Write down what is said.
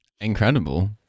Incredible